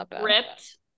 ripped